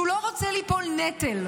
שהוא לא רוצה ליפול נטל,